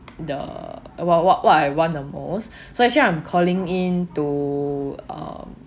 the what what I want the most so actually I'm calling in to uh